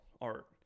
art